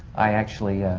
i actually.